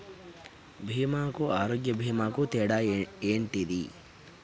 బీమా కు ఆరోగ్య బీమా కు తేడా ఏంటిది?